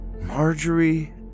Marjorie